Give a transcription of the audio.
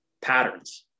patterns